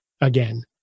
again